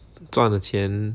赚的钱